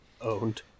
Owned